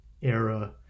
era